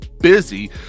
busy